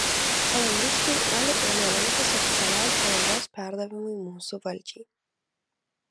palangiškiai uoliai ėmė rengtis oficialiam palangos perdavimui mūsų valdžiai